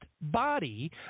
body